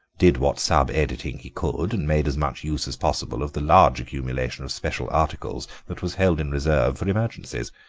did what sub-editing he could, and made as much use as possible of the large accumulation of special articles that was held in reserve for emergencies.